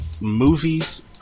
movies